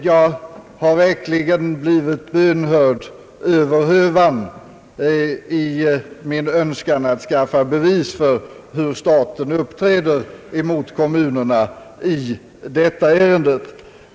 Jag har verkligen blivit bönhörd över hövan i min önskan att skaffa bevis för hur staten uppträder mot kommunerna i sådana här ärenden.